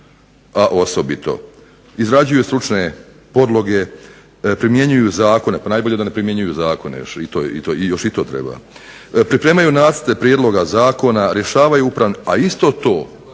a osobito izrađuju stručne podloge, primjenjuju zakone", najbolje da ne primjenjuju zakone, još i to treba, "pripremaju nacrte prijedloga zakona, rješavaju uprave", a isto to